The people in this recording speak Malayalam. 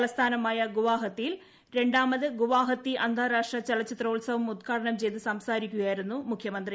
തലസ്ഥാനമായ ഗുവഹാത്തിയിൽ രണ്ടാമത് ഗുവാഹത്തി അന്താരാഷ്ട്ര ചലചിത്രോത്സവം ഉദ്ഘാടനം ചെയ്തു സംസാരിക്കുകയായിരുന്നു മുഖ്യമന്ത്രി